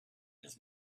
his